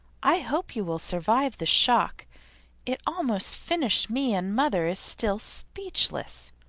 i hope you will survive the shock it almost finished me and mother is still speechless.